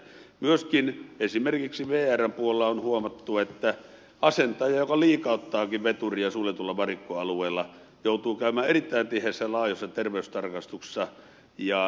myöskin esimerkiksi vrn puolella on huomattu että asentaja joka liikauttaakin veturia suljetulla varikkoalueella joutuu käymään erittäin tiheissä ja laajoissa terveystarkastuksissa